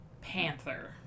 Panther